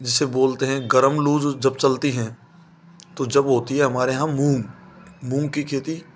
जिसे बोलते हैं गर्म लू जब चलती हैं तो जब होती है हमारे यहाँ मूँग मूँग की खेती